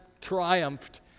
triumphed